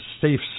safe